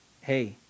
hey